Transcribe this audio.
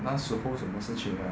那时候什么事情啊